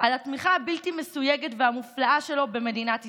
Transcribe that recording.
על התמיכה הבלתי-מסויגת והמופלאה שלו במדינת ישראל.